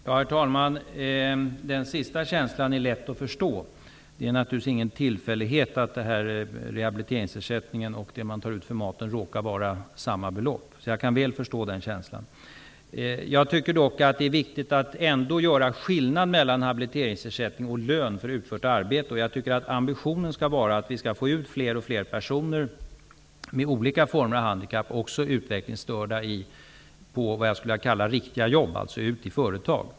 Herr talman! Den sisnämnda känslan är lätt att förstå. Det är naturligtvis ingen tillfällighet att habiliteringsersättningen och det man tar ut för maten råkar vara samma belopp. Jag kan väl förstå den känslan. Jag tycker dock att det är viktigt att göra skillnad mellan habiliteringsersättning och lön för utfört arbete. Jag tycker att ambitionen skall vara att få ut fler och fler personer med olika former av handikapp, även utvecklingsstörda, på det jag skulle vilja kalla riktiga jobb, alltså ute i företag.